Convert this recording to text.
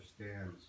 understands